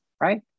right